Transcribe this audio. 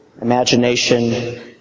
imagination